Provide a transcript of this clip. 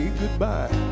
goodbye